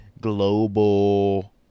global